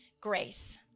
grace